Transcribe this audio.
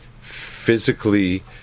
physically